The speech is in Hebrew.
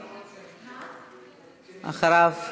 אחריו,